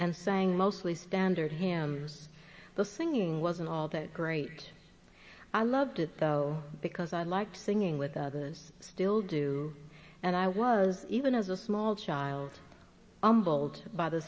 and sang mostly standard him the singing wasn't all that great i loved it though because i like singing with others still do and i was even as a small child